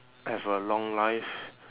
have a long life